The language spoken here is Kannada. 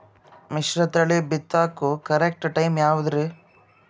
ಮಿಶ್ರತಳಿ ಬಿತ್ತಕು ಕರೆಕ್ಟ್ ಟೈಮ್ ಯಾವುದರಿ?